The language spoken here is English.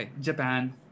Japan